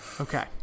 Okay